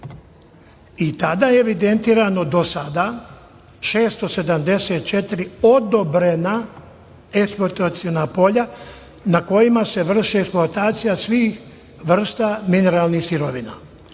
i tada je evidentirano, do sada, 674 odobrena eksploataciona polja, na kojima se vrši eksploatacija svih vrsta mineralnih sirovina.